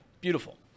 Beautiful